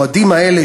המועדים האלה,